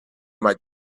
might